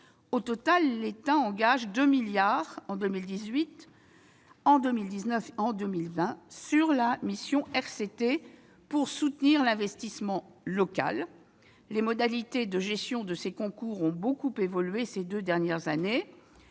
Au total, l'État engage 2 milliards d'euros en 2018, en 2019 et en 2020 au titre de la mission RCT pour soutenir l'investissement local. Les modalités de gestion de ces concours ont beaucoup évolué ces deux dernières années,